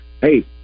hey